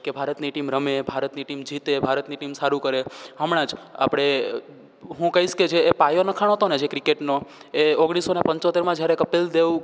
કે ભારતની ટીમ રમે ભારતીય ટીમ જીતે ભારતની ટીમ સારું કરે હમણાં જ આપણે હું કહીશ કે જે પાયો નંખાયો હતો જે ક્રિકેટનો એ ઓગણીસો ને પંચોતેરમાં જ્યારે કપિલ દેવ